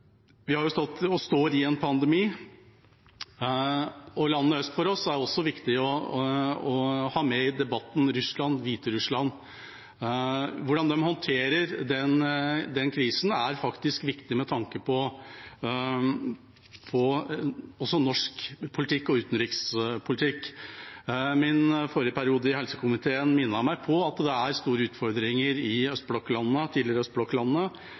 Vi har stått og står i en pandemi, og landene øst for oss er det også viktig å ha med i debatten – Russland, Hviterussland. Hvordan de håndterer denne krisen, er viktig også med tanke på norsk politikk og utenrikspolitikk. Min forrige periode i helsekomiteen minnet meg på at det er store utfordringer i østblokklandene, de tidligere